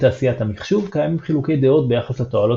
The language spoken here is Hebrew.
בתעשיית המחשוב קיימים חילוקי דעות ביחס לתועלות